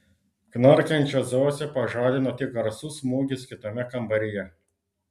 knarkiančią zosę pažadino tik garsus smūgis kitame kambaryje